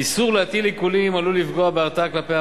איסור להטיל עיקולים עלול לפגוע בהרתעה כלפי